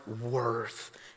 worth